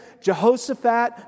Jehoshaphat